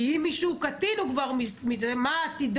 כי אם מי שהוא קטין, הוא כבר, מה עתידו?